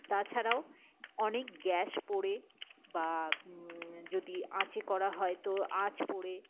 তাছাড়াও অনেক গ্যাস পোড়ে বা যদি আঁচে করা হয় তো আঁচ পোড়ে